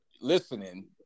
listening